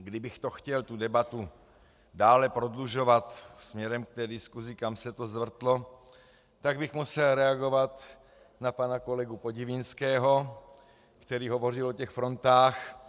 Kdybych chtěl debatu dále prodlužovat směrem k té diskusi, kam se to zvrtlo, tak bych musel reagovat na pana kolegu Podivínského, který hovořil o těch frontách.